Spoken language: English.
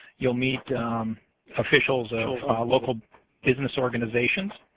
youill meet officials of local business organizations